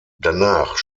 danach